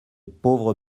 pauvre